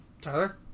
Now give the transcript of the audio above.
Tyler